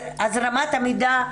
הזרמת המידע?